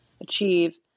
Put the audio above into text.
achieve